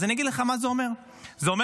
אז אני אגיד לך מה זה אומר: זה אומר